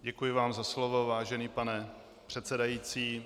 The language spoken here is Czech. Děkuji vám za slovo, vážený pane předsedající.